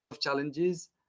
challenges